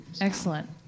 Excellent